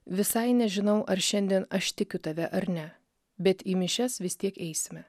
visai nežinau ar šiandien aš tikiu tave ar ne bet į mišias vis tiek eisime